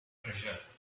treasure